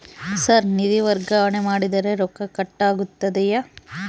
Sir ನಿಧಿ ವರ್ಗಾವಣೆ ಮಾಡಿದರೆ ರೊಕ್ಕ ಕಟ್ ಆಗುತ್ತದೆಯೆ?